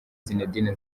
zinedine